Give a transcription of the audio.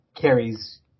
carries